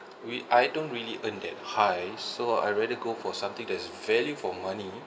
we I don't really earn that high so I rather go for something that is value for money